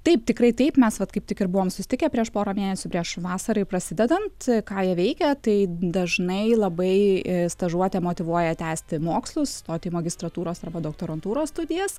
taip tikrai taip mes vat kaip tik ir buvom susitikę prieš porą mėnesių prieš vasarai prasidedant ką jie veikia tai dažnai labai stažuotė motyvuoja tęsti mokslus stoti į magistrantūros arba doktorantūros studijas